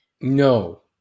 no